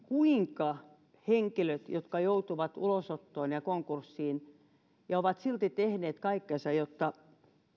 kuinka jatkossa selviävät henkilöt jotka joutuvat ulosottoon ja konkurssiin ja ovat silti tehneet kaikkensa jotta